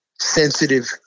sensitive